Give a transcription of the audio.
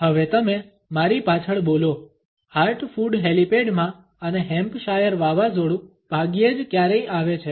હવે તમે મારી પાછળ બોલો હાર્ટ ફૂડ હેલિપેડમા અને હેમ્પશાયર વાવાઝોડુ ભાગ્યે જ ક્યારેય આવે છે